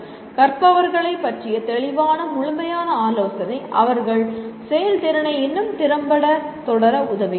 கற்பவர்களை பற்றிய தெளிவான முழுமையான ஆலோசனை அவர்கள் செயல்திறனை இன்னும் திறம்பட தொடர உதவுகிறது